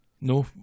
No